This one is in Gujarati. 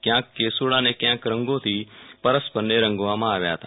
ક્યાંક કેસુડા અને ક્યાંક રંગોથી પરસ્પરને રંગવામાં આવ્યા હતા